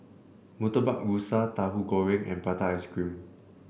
Murtabak Rusa Tahu Goreng and Prata Ice Cream